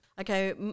Okay